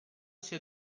sia